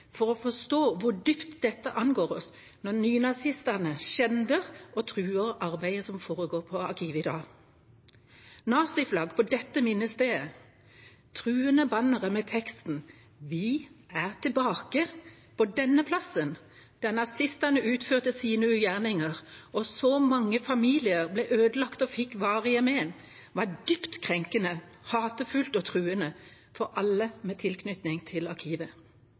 for å forstå hvor dypt det angår oss når nynazistene skjender og truer arbeidet som foregår på Arkivet i dag. Naziflagg på dette minnestedet, truende bannere med teksten «Vi er tilbake!» – på denne plassen, der nazistene utførte sine ugjerninger og så mange familier ble ødelagt og fikk varige men, var dypt krenkende, hatefullt og truende for alle med tilknytning til Arkivet.